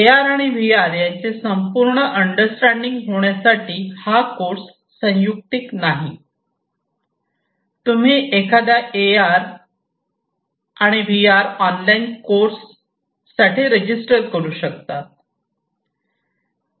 ए R आणि V R यांचे संपूर्ण अंडरस्टँडिंग होण्यासाठी हा कोर्स संयुक्तिक नाही तुम्ही एखादा ए आर आणि व्ही आर ऑनलाईन कोर्स साठी रजिस्टर करू शकतात